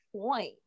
point